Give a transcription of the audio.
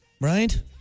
Right